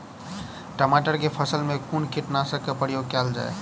टमाटर केँ फसल मे कुन कीटनासक केँ प्रयोग कैल जाय?